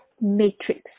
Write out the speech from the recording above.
matrix